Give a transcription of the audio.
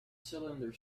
cylinder